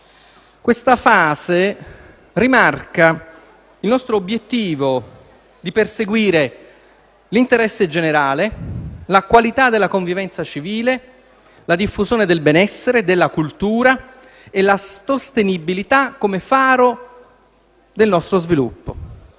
Questa fase rimarca il nostro obiettivo di perseguire l'interesse generale, la qualità della convivenza civile, la diffusione del benessere e della cultura e la sostenibilità come faro del nostro sviluppo.